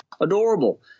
Adorable